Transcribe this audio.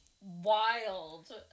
wild